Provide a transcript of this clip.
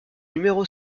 numéro